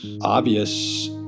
obvious